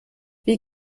wie